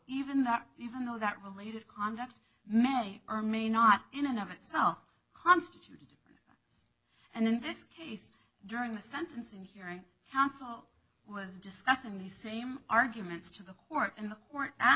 that even though that related conduct many or may not in and of itself constitute and in this case during the sentencing hearing counsel was discussing the same arguments to the court and the court